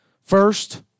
First